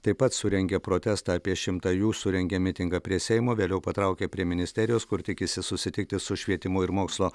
taip pat surengė protestą apie šimtą jų surengė mitingą prie seimo vėliau patraukė prie ministerijos kur tikisi susitikti su švietimo ir mokslo